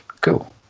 Cool